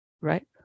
right